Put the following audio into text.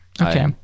Okay